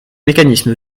mécanisme